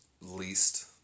least